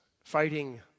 fighting